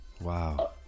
Wow